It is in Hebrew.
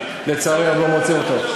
לצערי אני לא מוצא אותו.